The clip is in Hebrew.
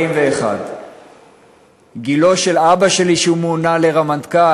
41. גילו של אבא שלי כשהוא מונה לרמטכ"ל,